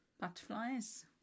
Butterflies